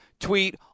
tweet